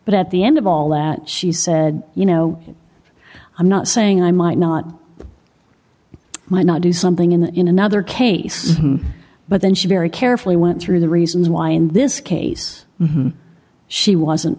but at the end of all that she said you know i'm not saying i might not why not do something and in another case but then she very carefully went through the reasons why in this case she wasn't